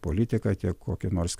politika tiek kokia nors